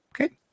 Okay